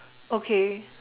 okay